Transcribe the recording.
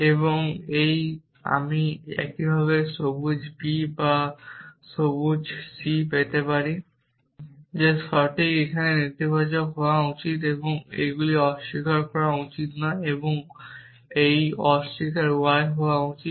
এবং এই আমি একইভাবে সবুজ b বা না সবুজ c পেতে পারি যে সঠিক এই এখানে নেতিবাচক হওয়া উচিত এবং এইগুলি অস্বীকার করা উচিত নয় এবং এই অস্বীকার y হওয়া উচিত